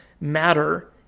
matter